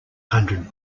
hundred